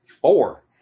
four